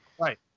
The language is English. Right